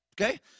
Okay